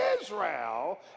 Israel